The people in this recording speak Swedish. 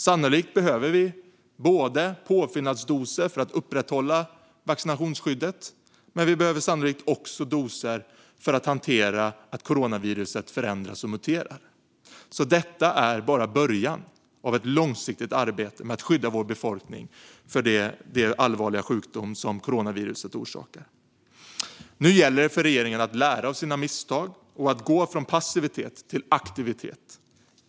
Sannolikt behöver vi påfyllnadsdoser för att upprätthålla vaccinationsskyddet, och vi behöver sannolikt också doser för att hantera att coronaviruset förändras och muterar. Detta är bara början på ett långsiktigt arbete med att skydda vår befolkning mot den allvarliga sjukdom som coronaviruset orsakar. Nu gäller det för regeringen att lära av sina misstag och att gå från passivitet till aktivitet.